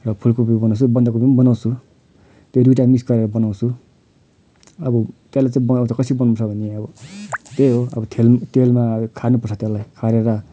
र फुल कोपीको बनाउँछु बन्द कोपीको पनि बनाउँछु त्यो दुईवटा मिक्स गरेर बनाउँछु अब त्यसलाई चाहिँ बनाउँदा कसरी बनाउनुपर्छ भने अब त्यही हो अब थेल तेलमा खार्नुपर्छ त्यसलाई खारेर